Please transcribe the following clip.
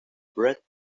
braid